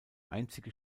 einzige